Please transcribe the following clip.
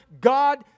God